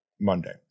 monday